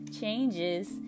changes